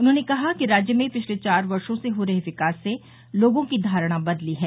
उन्होंने कहा कि राज्य में पिछले चार वर्षों से हो रहे विकास से लोगों की धारणा बदली है